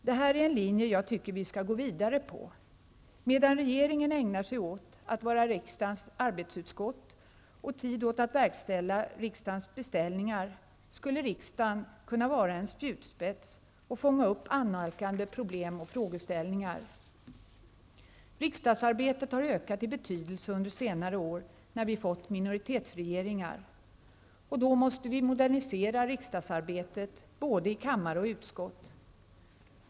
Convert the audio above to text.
Det här är en linje jag tycker vi skall gå vidare på. Medan regeringen ägnar sig åt att vara riksdagens arbetsutskott och tid åt att verkställa riksdagens beställningar skulle riksdagen kunna vara en spjutspets och fånga upp annalkande problem och frågeställningar. Riksdagsarbetet har ökat i betydelse under senare år när vi fått minoritetsregeringar. Och då måste vi modernisera riksdagsarbetet både i kammare och utskott.